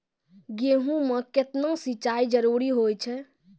गेहूँ म केतना सिंचाई जरूरी होय छै?